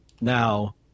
now